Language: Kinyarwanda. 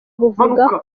buvuga